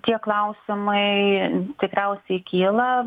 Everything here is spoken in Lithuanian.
tie klausimai tikriausiai kyla